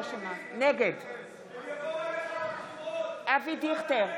נגד אבי דיכטר,